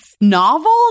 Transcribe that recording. novel